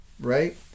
Right